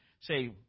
say